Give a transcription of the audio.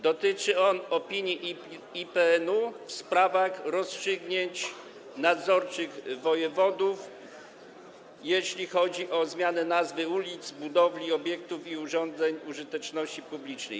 Dotyczy on opinii IPN-u w sprawach rozstrzygnięć nadzorczych wojewodów, jeśli chodzi o zmianę nazw ulic, budowli, obiektów i urządzeń użyteczności publicznej.